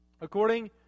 According